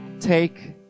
take